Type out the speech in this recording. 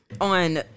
on